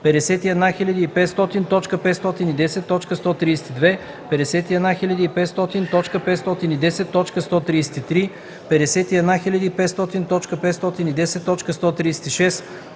51500.510.132; 51500.510.133; 51500.510.136;